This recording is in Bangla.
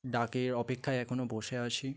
ডাকের অপেক্ষায় এখনও বসে আছি